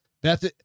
Beth